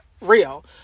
real